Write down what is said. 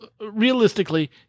realistically